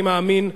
אני מאמין,